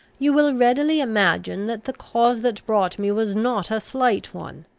you will readily imagine that the cause that brought me was not a slight one.